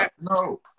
no